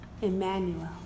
Emmanuel